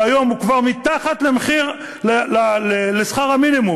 שהיום הוא כבר מתחת לשכר המינימום,